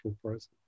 process